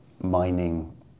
Mining